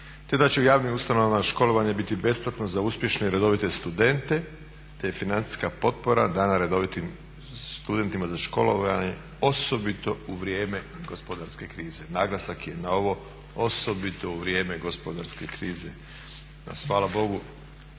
te da će u javnim ustanovama školovanje biti besplatno za uspješne i redovite studente te financijska potpora dana redovitim studentima za školovanje osobito u vrijeme gospodarske krize, naglasak je na ovo osobito u vrijeme gospodarske krize. Danas hvala Bogu